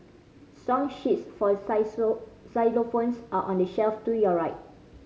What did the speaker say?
song sheets for xylophones are on the shelf to your right